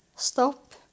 stop